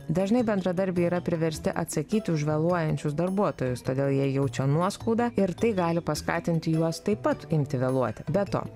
dažnai bendradarbiai yra priversti atsakyti už vėluojančius darbuotojus todėl jie jaučia nuoskaudą ir tai gali paskatinti juos taip pat imti vėluoti be to